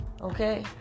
okay